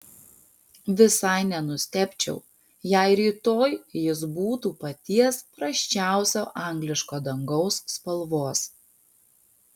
visai nenustebčiau jei rytoj jis būtų paties prasčiausio angliško dangaus spalvos